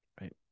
right